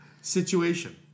situation